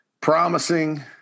promising